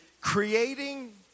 creating